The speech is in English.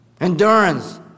Endurance